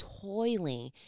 toiling